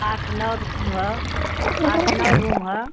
आठ नौ रूम हाँ आठ नौ रूम हाँ